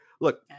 Look